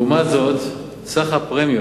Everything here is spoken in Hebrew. ציפיות,